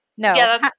No